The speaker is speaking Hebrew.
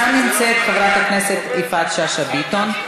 כאן נמצאת חברת הכנסת יפעת שאשא ביטון.